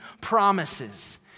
promises